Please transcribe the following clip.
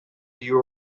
you